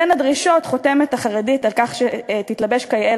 בין הדרישות חותמת הסטודנטית על כך שתתלבש כיאה